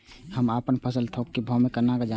हम अपन फसल कै थौक भाव केना जानब?